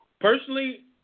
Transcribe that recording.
Personally